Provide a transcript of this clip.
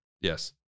Yes